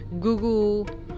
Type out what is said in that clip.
google